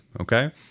okay